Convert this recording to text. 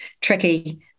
tricky